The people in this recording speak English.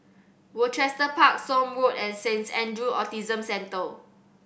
Rochester Park Somme Road and Saint Andrew's Autism Centre